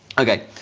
okay,